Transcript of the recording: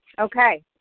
Okay